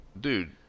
Dude